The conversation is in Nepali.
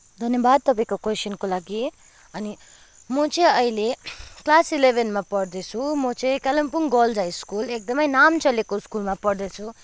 धन्यवाद तपाईँको क्वेसनको लागि अनि म चाहिँ अहिले क्लास इलेभेनमा पढ्दैछु म चाहिँ कालिम्पोङ गर्लस हाइ स्कुल एकदमै नाम चलेको स्कुलमा पढ्दैछु